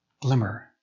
glimmer